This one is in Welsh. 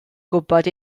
gwybod